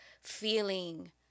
feeling